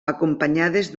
acompanyades